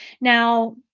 now